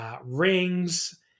Rings